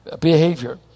behavior